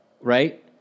right